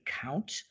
count